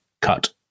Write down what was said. cut